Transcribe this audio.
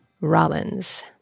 Rollins